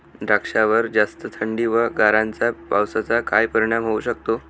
द्राक्षावर जास्त थंडी व गारांच्या पावसाचा काय परिणाम होऊ शकतो?